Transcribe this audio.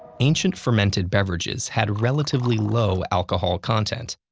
ancient fermented beverages had relatively low alcohol content.